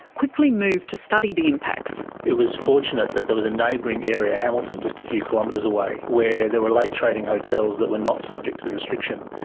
quickly moved to study the impacts. it was fortunate that there was a neighbouring area, hamilton, just a few kilometres away where there were late like trading hotels that were not subject to the restriction.